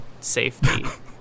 safety